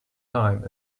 time